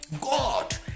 God